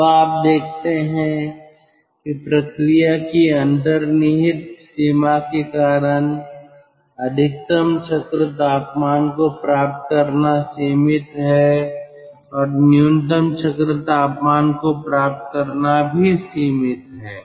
तो आप देखते हैं कि प्रक्रिया की अंतर्निहित सीमा के कारण अधिकतम चक्र तापमान को प्राप्त करना सीमित है और न्यूनतम चक्र तापमान को प्राप्त करना भी सीमित है